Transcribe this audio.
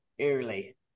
early